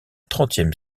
trentième